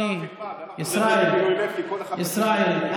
ישראל,